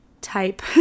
type